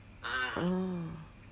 orh